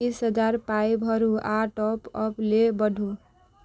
बीस हजार पाइ भरू आ टॉप अप लेल बढ़ू